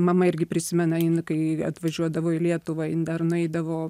mama irgi prisimena jin kai atvažiuodavo į lietuvą jin dar nueidavo